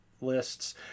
lists